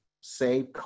save